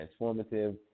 transformative